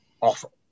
awful